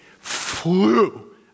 flew